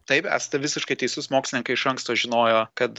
taip esate visiškai teisus mokslininkai iš anksto žinojo kad